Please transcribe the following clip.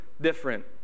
different